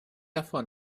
einfach